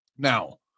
Now